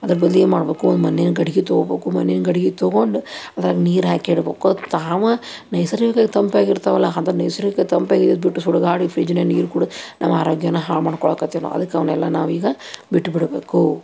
ಅದರ ಬದಲಿಗೆ ಮಾಡಬೇಕು ಒಂದು ಮಣ್ಣಿನ ಗಡ್ಗೆ ತಗೊಳ್ಬೇಕು ಮಣ್ಣಿನ ಗಡ್ಗೆ ತಗೊಂಡು ಅದ್ರಾಗ ನೀರು ಹಾಕಿಡಬೇಕು ತಾವು ನೈಸರ್ಗಿಕವಾಗಿ ತಂಪಾಗಿರ್ತವಲ್ಲ ಅದು ನೈಸರ್ಗಿಕ ತಂಪಾಗಿರೋದು ಬಿಟ್ಟು ಸುಡ್ಗಾಡು ಫ್ರಿಜ್ನ ನೀರು ಕುಡ್ದು ನಮ್ಮ ಆರೋಗ್ಯನ ಹಾಳು ಮಾಡ್ಕೊಳ್ಳಾಕತ್ತೀವಿ ನಾವು ಅದಕ್ಕೆ ಅವನ್ನೆಲ್ಲ ನಾವೀಗ ಬಿಟ್ಬಿಡಬೇಕು